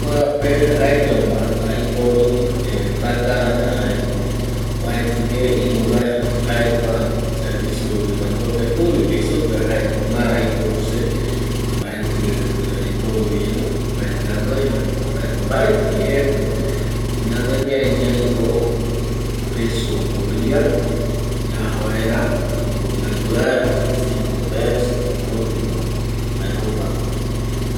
Kuape jaeñoma aiporu takarara jae kua servicio de transporte publico jei supeva jaeko ma aiporu se mbaeti aiporu iru mbaeti anoi ramo mbaeti vi jepi ñanemiari ñai jae dos peso boliviano yaja vaera jokogüi yayu vaera cinco peso jokoropi